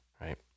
right